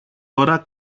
ώρα